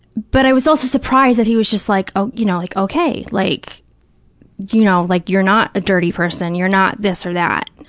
but i was also surprised that he was just like, oh, you know, like, okay, like you know, like you're not a dirty person, you're not this or that.